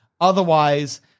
Otherwise